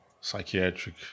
psychiatric